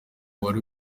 wari